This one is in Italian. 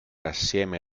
assieme